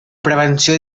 prevenció